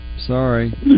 Sorry